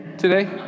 today